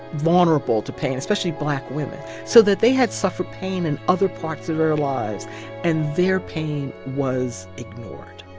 vulnerable to pain, especially black women. so that they had suffered pain in other parts of their lives and their pain was ignored